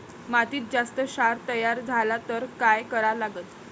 मातीत जास्त क्षार तयार झाला तर काय करा लागन?